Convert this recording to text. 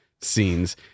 scenes